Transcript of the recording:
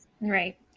Right